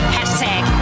Hashtag